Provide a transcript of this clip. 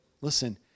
listen